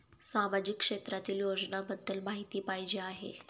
सामाजिक क्षेत्रातील योजनाबद्दल माहिती पाहिजे आहे?